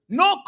no